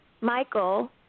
Michael